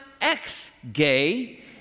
ex-gay